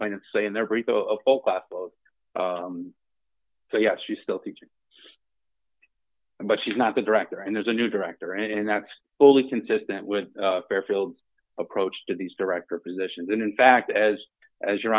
kind of say in their brief so yes she still teaching but she's not the director and there's a new director and that's fully consistent with their field approach to these director positions and in fact as as your